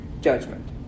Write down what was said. judgment